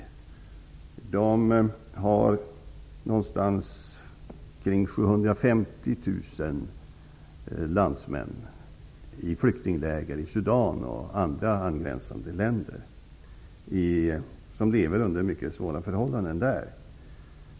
De har omkring 750 000 landsmän i flyktingläger i Sudan och andra angränsande länder som lever under mycket svåra förhållanden.